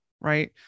right